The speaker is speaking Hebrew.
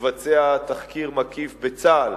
לבצע תחקיר מקיף בצה"ל